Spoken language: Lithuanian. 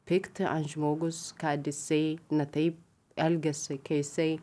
pykti aat žmogus kad jisai ne taip elgiasi kai jisai